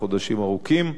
חודשים ארוכים.